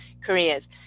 careers